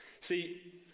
See